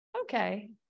okay